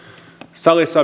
salissa